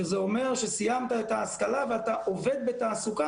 שזה אומר שסיימת את ההשכלה ואתה עובד בתעסוקה